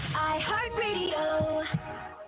iHeartRadio